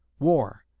war,